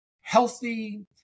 healthy